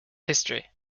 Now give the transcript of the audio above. history